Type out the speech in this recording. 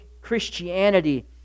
Christianity